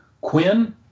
Quinn